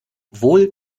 wohl